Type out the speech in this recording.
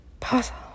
Puzzle